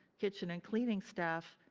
kitchen and cleaning staff,